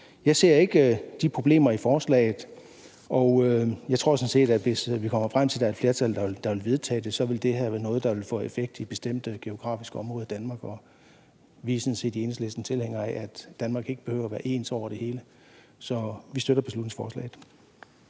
jeg ser ikke de problemer i forslaget, og jeg tror, at det her, hvis vi kommer frem til, at der er et flertal, der vil vedtage det, så vil være noget, der vil få en effekt i bestemte geografiske områder i Danmark. Vi er i Enhedslisten sådan set tilhængere af, at det i Danmark ikke behøver at være ens over det hele. Så vi støtter beslutningsforslaget.